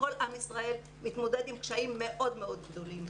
שכל עם ישראל מתמודד עם קשיים מאוד מאוד גדולים.